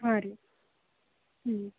ಹಾಂ ರೀ ಹ್ಞೂ